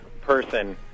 person